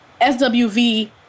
SWV